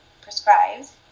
prescribes